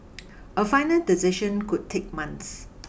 a final decision could take months